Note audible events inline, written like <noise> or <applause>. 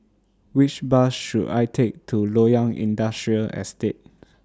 Which Bus should I Take to Loyang Industrial Estate <noise>